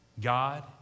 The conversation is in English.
God